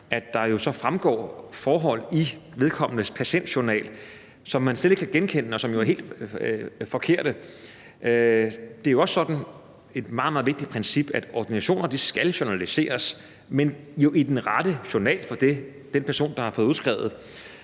at der fremgår forhold i vedkommendes patientjournal, som man slet ikke kan genkende, og som jo er helt forkerte. Det er også sådan et meget, meget vigtigt princip, at ordinationer skal journaliseres, men jo i den rette journal for den person, der har fået det udskrevet,